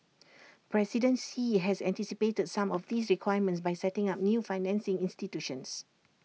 president Xi has anticipated some of these requirements by setting up new financing institutions